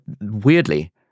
weirdly